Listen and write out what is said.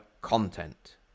content